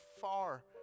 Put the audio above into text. far